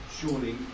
surely